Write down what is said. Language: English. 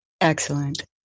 Excellent